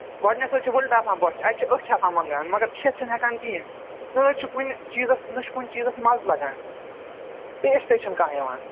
گۄڈٕنٮ۪تھ حظ چھِ وُلٹہٕ آسان بۅچھِ اَتہِ چھِ أچھ آسان مَنگان مَگر کھٮ۪تھ چھِنہٕ ہٮ۪کان کِہیٖنٛۍ نہَ حظ چھُ کُنہِ چیٖزَس نہَ چھُ کُنہِ چیٖزَس مَزٕ لَگان ٹیٚسٹٕے چھُنہٕ کانٛہہ یِوان